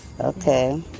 Okay